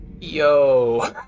Yo